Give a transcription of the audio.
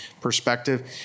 perspective